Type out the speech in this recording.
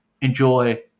Enjoy